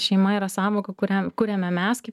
ši šeima yra sąvoka kurią kuriame mes kaip